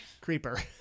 Creeper